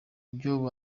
ibyo